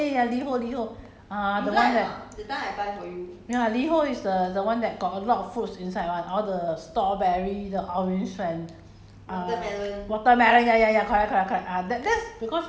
水果水果的 ah ya ya ya Liho Liho uh the one that ya Liho is the one got a lot of fruits inside [one] all the strawberry the orange and